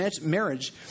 marriage